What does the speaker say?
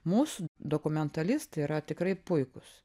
mūsų dokumentalistai yra tikrai puikūs